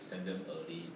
send them early